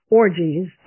orgies